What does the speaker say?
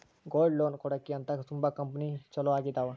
gold loan ಕೊಡಕ್ಕೆ ಅಂತ ತುಂಬಾ ಕಂಪೆನಿ ಚಾಲೂ ಆಗಿದಾವ